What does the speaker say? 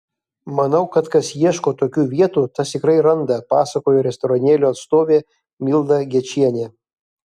manau kad kas ieško tokių vietų tas tikrai randa pasakojo restoranėlio atstovė milda gečienė